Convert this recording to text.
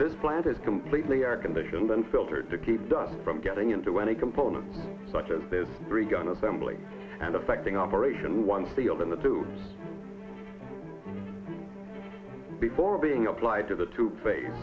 this plant is completely air conditioned unfiltered to keep dust from getting into any components such as the three gun assembly and affecting operation one field in the tubes before being applied to the to face